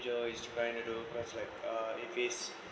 is trying to do because like uh if it's